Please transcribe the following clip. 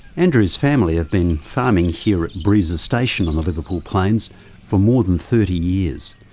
andrew's family have been farming here at breeza station on the liverpool plains for more than thirty years.